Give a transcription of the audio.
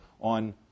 on